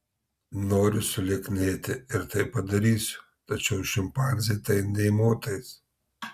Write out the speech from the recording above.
noriu sulieknėti ir tai padarysiu tačiau šimpanzei tai nė motais